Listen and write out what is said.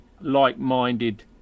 like-minded